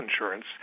insurance